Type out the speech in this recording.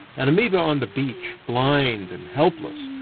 an amoeba on the beach, blind and helpless,